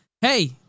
hey